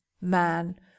man